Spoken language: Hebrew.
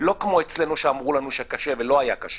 לא כמו אצלנו שאמרו לנו שקשה ולא היה קשה